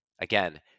Again